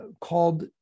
called